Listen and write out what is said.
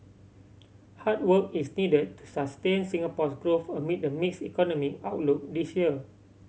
hard work is need to sustain Singapore's growth amid the mix economic outlook this year